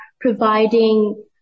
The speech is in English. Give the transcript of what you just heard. providing